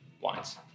wines